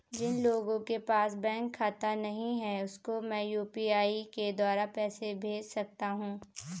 जिन लोगों के पास बैंक खाता नहीं है उसको मैं यू.पी.आई के द्वारा पैसे भेज सकता हूं?